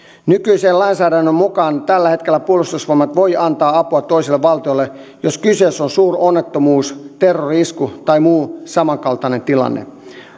nykyisen lainsäädännön mukaan tällä hetkellä puolustusvoimat voi antaa apua toiselle valtiolle jos kyseessä on suuronnettomuus terrori isku tai muu samankaltainen tilanne